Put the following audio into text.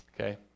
Okay